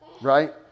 right